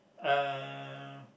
uh